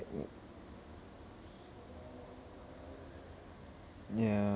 o~ ya